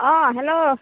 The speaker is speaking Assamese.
অঁ হেল্ল'